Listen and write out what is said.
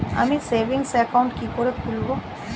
আমি savings account কি করে খুলব?